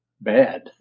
Bad